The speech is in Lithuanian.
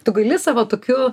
tu gaili savo tokiu